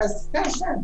כן.